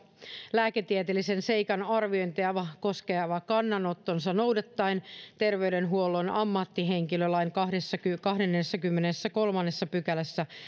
lääketieteellisen seikan arviointia koskeva kannanottonsa noudattaen terveydenhuollon ammattihenkilölain kahdennessakymmenennessäkolmannessa pykälässä